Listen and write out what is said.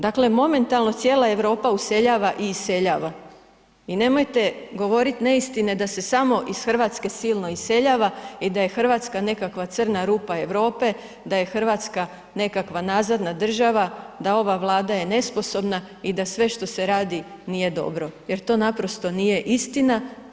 Dakle momentalno cijela Europa useljava i iseljava i nemojte govoriti neistine da se samo iz Hrvatske silno iseljava i da je Hrvatska nekakva crna rupa Europe, da je Hrvatska nekakva nazadna država, da ova Vlada je nesposobna i da sve što se radi nije dobro jer to naprosto nije istina.